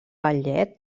ballet